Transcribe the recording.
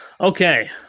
Okay